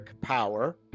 power